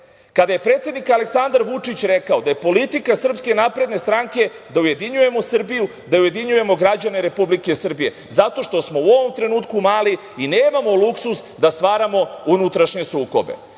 kada je predsednik Aleksandar Vučić rekao da je politika SNS da ujedinjujemo Srbiju, da ujedinjujemo građane Republike Srbije zato što smo u ovom trenutku mali i nemamo luksuz da stvaramo unutrašnje sukobe.